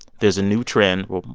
there's a new trend well,